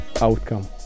outcome